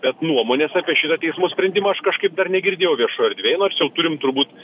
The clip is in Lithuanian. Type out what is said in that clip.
bet nuomonės apie šitą teismo sprendimą aš kažkaip dar negirdėjau viešoj erdvėj nors jau turim turbūt